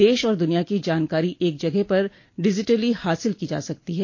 देश और दुनिया की जानकारी एक जगह पर डिजिटली हासिल की जा सकती है